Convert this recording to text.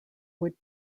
would